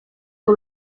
ngo